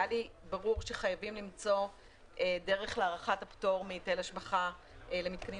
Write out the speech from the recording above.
היה לי ברור שחייבים למצוא דרך להארכת הפטור מהיטל השבחה למתקנים